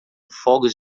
fogos